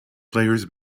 players